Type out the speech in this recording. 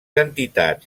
entitats